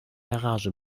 garage